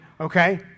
okay